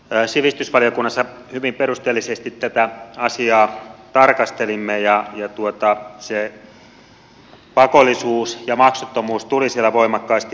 sivistysvaliokunnassa hyvin perusteellisesti tätä asiaa tarkastelimme ja pakollisuus ja maksuttomuus tulivat siellä voimakkaasti esiin